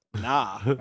Nah